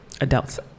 Adults